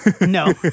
No